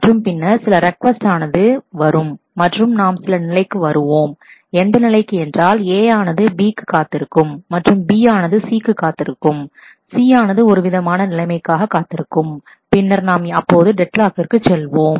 மற்றும் பின்னர் சில ரெக் கோஸ்ட் ஆனது வரும் மற்றும் நாம் சில நிலைக்கு வருவோம் எந்த நிலைக்கு என்றால் A ஆனது B க்கு காத்திருக்கும் மற்றும் B ஆனது C க்கு காத்திருக்கும் C ஆனது ஒருவிதமான நிலைமைக்காக காத்திருக்கும் பின்னர் நாம் அப்போது டெட் லாக்கிற்கு செல்வோம்